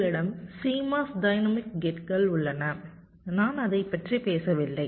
எங்களிடம் CMOS dynamic கேட்கள் உள்ளன நான் அதைப் பற்றி பேசவில்லை